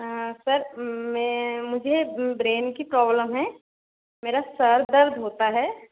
sir मैं मुझे brain की प्रॉब्लम है मेरा सिर दर्द होता है